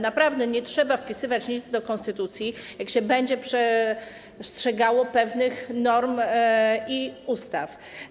Naprawdę nie trzeba wpisywać nic do konstytucji, jak się będzie przestrzegało pewnych norm i ustaw.